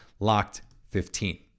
LOCKED15